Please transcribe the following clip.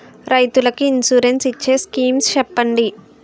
రైతులు కి ఇన్సురెన్స్ ఇచ్చే స్కీమ్స్ చెప్పండి?